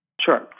Sure